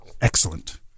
Excellent